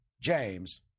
James